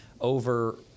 over